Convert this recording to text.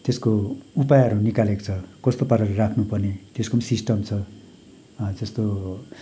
त्यसको उपायहरू निकालेको छ कस्तो पाराले राख्नु पर्ने त्यसको पनि सिस्टम छ जस्तो